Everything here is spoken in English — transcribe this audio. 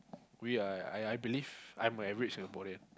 we are I I believe I'm a average Singaporean